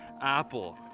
Apple